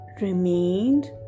remained